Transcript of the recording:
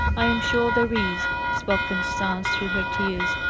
i am sure there is, spoke constance through her tears,